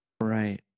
Right